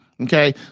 Okay